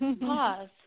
Pause